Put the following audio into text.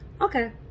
Okay